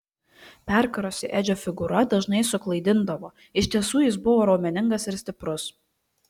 perkarusi edžio figūra dažnai suklaidindavo iš tiesų jis buvo raumeningas ir stiprus